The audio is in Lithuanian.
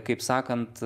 kaip sakant